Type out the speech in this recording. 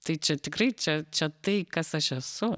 tai čia tikrai čia čia tai kas aš esu